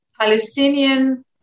Palestinian